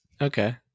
Okay